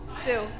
Sue